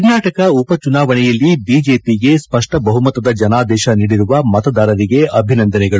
ಕರ್ನಾಟಕ ಉಪ ಚುನಾವಣೆಯಲ್ಲಿ ಬಿಜೆಪಿಗೆ ಸ್ಪಷ್ಟ ಬಹುಮತದ ಜನಾದೇಶ ನೀಡಿರುವ ಮತದಾರರಿಗೆ ಅಭಿನಂದನೆಗಳು